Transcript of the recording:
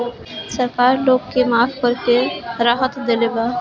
सरकार लोग के कर माफ़ करके राहत देले बा